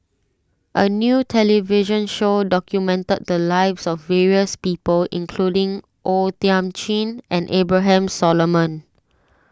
a new television show documented the lives of various people including O Thiam Chin and Abraham Solomon